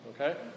okay